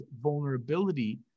vulnerability